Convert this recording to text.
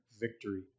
victory